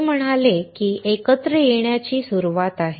ते म्हणाले की एकत्र येण्याची सुरुवात आहे